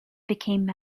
became